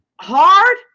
hard